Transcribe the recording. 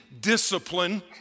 discipline